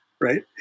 right